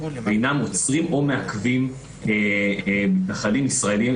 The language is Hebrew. ואינם עוצרים או מעכבים מתנחלים ישראלים,